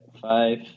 Five